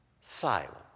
silent